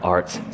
Arts